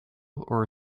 our